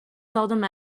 seldom